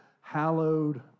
hallowed